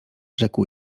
rzekł